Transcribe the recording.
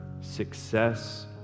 success